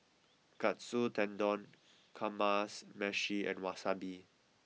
Katsu Tendon Kamameshi and Wasabi